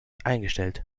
eingestellt